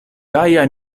gaja